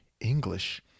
English